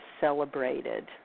celebrated